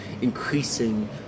increasing